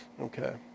Okay